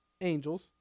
angels